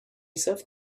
serve